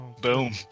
Boom